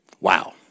Wow